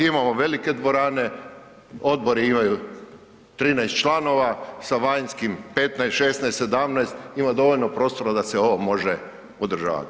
Imamo velike dvorane, odbori imaju 13 članova, sa vanjskim 15, 16, 17 imamo dovoljno prostora da se ovo može održavat.